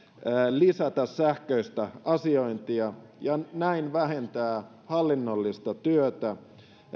lisätä sähköistä asiointia ja näin vähentää hallinnollista työtä